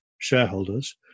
shareholders